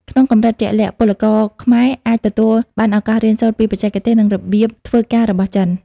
ក្នុងកម្រិតជាក់លាក់ ពលករខ្មែរអាចទទួលបានឱកាសរៀនសូត្រពីបច្ចេកទេស និងរបៀបធ្វើការរបស់ចិន។